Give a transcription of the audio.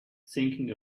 thinking